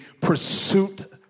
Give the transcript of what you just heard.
pursuit